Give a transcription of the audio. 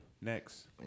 Next